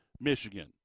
Michigan